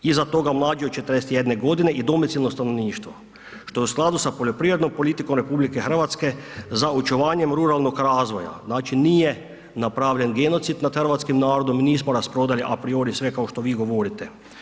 Iza toga mlađi od 41 g. i domicilno stanovništvo, što u skladu sa poljoprivrednom politikom RH za očuvanjem ruralnog razvoja, znači nije napravljen genocid nad hrvatskim narodom i nismo rasprodali apriori sve kao što vi govorite.